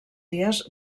dies